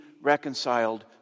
reconciled